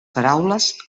paraules